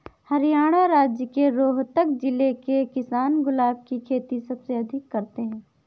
हरियाणा राज्य के रोहतक जिले के किसान गुलाब की खेती सबसे अधिक करते हैं